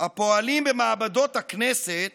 הפועלים במעבדות הכנסת